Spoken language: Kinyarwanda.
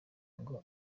ngo